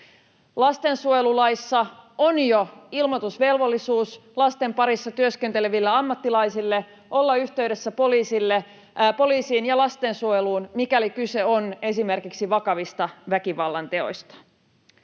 Lastensuojelulaissa on jo ilmoitusvelvollisuus lasten parissa työskenteleville ammattilaisille olla yhteydessä poliisiin ja lastensuojeluun, mikäli kyse on esimerkiksi vakavista väkivallanteoista.